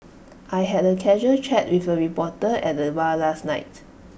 I had A casual chat with A reporter at the bar last night